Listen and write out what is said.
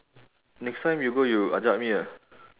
next time you go you ajak me ah